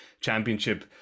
championship